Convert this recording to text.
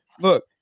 Look